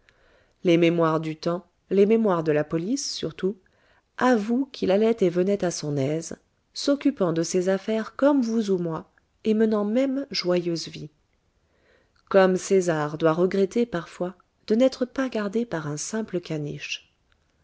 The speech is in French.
les mémoires du temps les mémoires de la police surtout avouent qu'il allait et venait à son aise s'occupant de ses affaires comme vous ou moi et menant même joyeuse vie comme césar doit regretter parfois de n'être pas gardé par un simple caniche